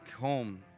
home